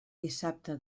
dissabte